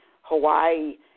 Hawaii